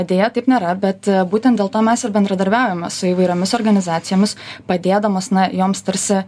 deja taip nėra bet būtent dėl to mes ir bendradarbiaujame su įvairiomis organizacijomis padėdamos na joms tarsi